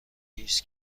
ایست